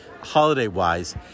holiday-wise